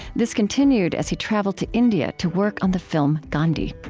this continued as he traveled to india to work on the film gandhi